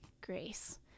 grace